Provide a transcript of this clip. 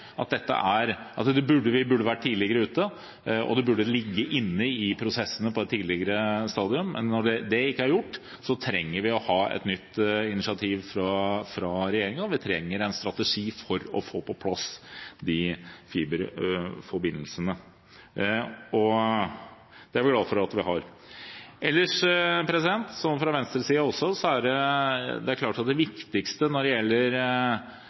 burde vært tidligere ute, og at det burde ligge inne i prosessene på et tidligere stadium. Men når det ikke er tilfellet, trenger vi et nytt initiativ fra regjeringen. Vi trenger en strategi for å få på plass disse fiberforbindelsene. Det er jeg glad for at vi har. Ellers: Fra Venstres side er det viktigste når det gjelder reduksjon i elavgiften, å se på de større datasentrene på over 5 MW. Det er